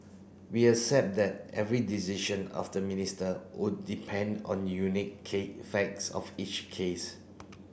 we accept that every decision of the Minister would depend on unique cake facts of each case